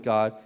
God